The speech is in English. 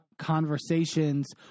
conversations